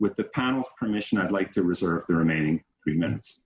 with the panel permission i'd like to reserve the remaining three minutes